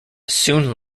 soon